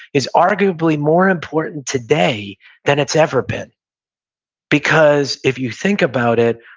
is arguably more important today than it's ever been because, if you think about it,